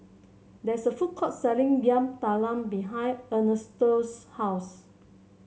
there is a food court selling Yam Talam behind Ernesto's house